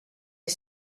est